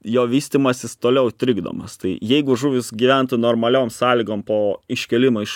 jo vystymasis toliau trikdomas tai jeigu žuvys gyventų normaliom sąlygom po iškėlimo iš